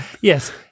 yes